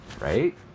Right